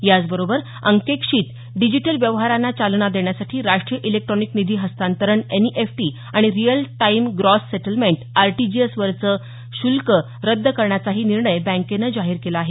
याचबरोबर अंकेक्षित डिजिटल व्यवहारांना चालना देण्यासाठी राष्टीय इलेक्ट्रॉनिक निधी हस्तांतरण एनईएफटी आणि real time gross settlement RTGS वरचं शुल्क रद्द करण्याचाही निर्णय बँकेनं जाहीर केला आहे